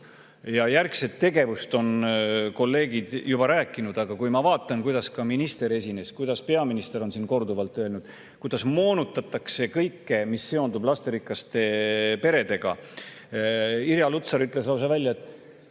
ja ‑järgset tegevust, on kolleegid juba rääkinud, aga kui ma vaatan, kuidas minister esines, mida peaminister on siin korduvalt öelnud, kuidas moonutatakse kõike, mis seondub lasterikaste peredega ... Irja Lutsar ütles lausa välja, et